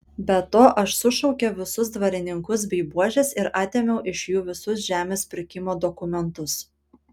be to aš sušaukiau visus dvarininkus bei buožes ir atėmiau iš jų visus žemės pirkimo dokumentus